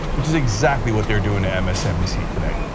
which is exactly what they are doing to msnbc today,